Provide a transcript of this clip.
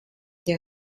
der